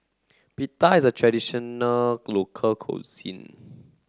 Pita is a traditional local cuisine